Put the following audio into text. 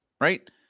right